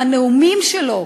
עם הנאומים שלו.